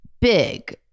big